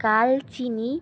Kalchini